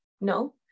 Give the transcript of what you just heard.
no